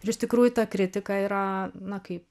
ir iš tikrųjų ta kritika yra na kaip